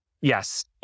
Yes